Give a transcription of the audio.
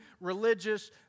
religious